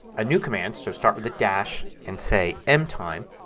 a new command so start with a dash, and say mtime,